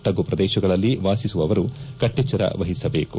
ತಗ್ಗು ಪ್ರದೇಶಗಳಲ್ಲಿ ವಾಸಿಸುವವರು ಕಟ್ಟೆಚ್ಚರ ವಹಿಸ ಬೇಕು